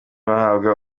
bahabwa